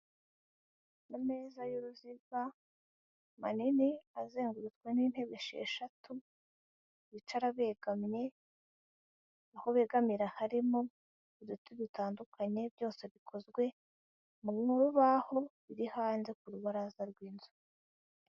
Ameza y'uruziga manini azengurutswe n'intebe esheshatu bicara begamye aho begamira harimo uduti dutandukanye byose bikozwe mu rubaho ruri hanze ku rubaraza rw'inzu.